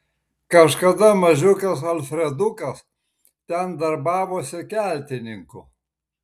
kažkada mažiukas alfredukas ten darbavosi keltininku